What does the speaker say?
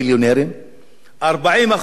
40% מתחת לקו העוני,